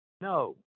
no